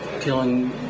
killing